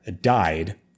died